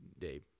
Dave